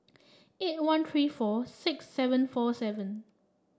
eight one three four six seven four seven